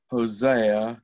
Hosea